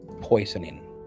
poisoning